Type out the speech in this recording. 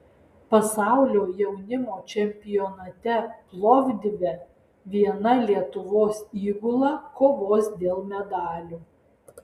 pasaulio jaunimo čempionate plovdive viena lietuvos įgula kovos dėl medalių